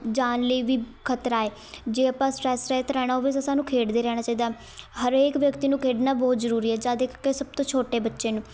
ਜਾਨ ਲਈ ਵੀ ਖਤਰਾ ਹੈ ਜੇ ਆਪਾਂ ਸਟਰੈੱਸ ਰਹਿਤ ਰਹਿਣਾ ਹੋਵੇ ਤਾਂ ਸਾਨੂੰ ਖੇਡਦੇ ਰਹਿਣਾ ਚਾਹੀਦਾ ਹਰੇਕ ਵਿਅਕਤੀ ਨੂੰ ਖੇਡਣਾ ਬਹੁਤ ਜ਼ਰੂਰੀ ਹੈ ਜ਼ਿਆਦਾ ਕਰਕੇ ਸਭ ਤੋਂ ਛੋਟੇ ਬੱਚੇ ਨੂੰ